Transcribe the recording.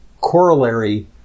corollary